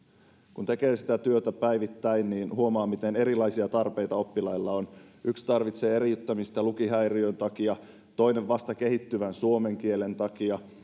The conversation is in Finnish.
kun tekee sitä työtä päivittäin niin huomaa miten erilaisia tarpeita oppilailla on yksi tarvitsee eriyttämistä lukihäiriön takia toinen vasta kehittyvän suomen kielen takia